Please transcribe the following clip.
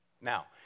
Now